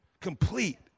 complete